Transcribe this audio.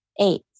Eight